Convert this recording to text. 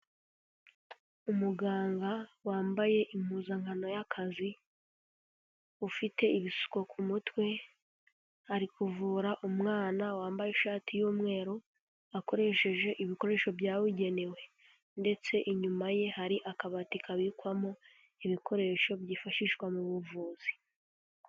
Umuganga wambaye impuzankano y'akazi, ufite ibisuko ku mutwe, ari kuvura umwana wambaye ishati y'umweru, akoresheje ibikoresho byabugenewe ndetse inyuma ye hari akabati kabikwamo ibikoresho byifashishwa mu buvuzi.